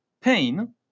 pain